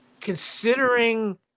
considering